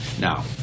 now